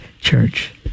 Church